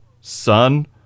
Son